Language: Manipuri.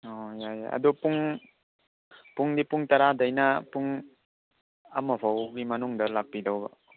ꯑꯣ ꯌꯥꯏ ꯌꯥꯏ ꯑꯗꯣ ꯄꯨꯡ ꯄꯨꯡꯗꯤ ꯄꯨꯡ ꯇꯔꯥꯗꯩꯅ ꯄꯨꯡ ꯑꯃ ꯐꯥꯎꯒꯤ ꯃꯅꯨꯡꯗ ꯂꯥꯛꯄꯤꯗꯧꯕ